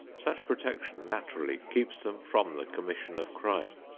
such protection naturally keeps them from the commission of crime.